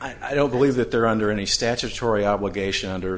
i don't believe that they're under any statutory obligation under